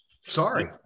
Sorry